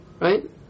Right